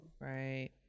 Right